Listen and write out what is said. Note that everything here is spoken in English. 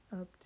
up